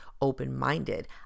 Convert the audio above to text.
open-minded